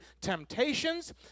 temptations